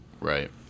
Right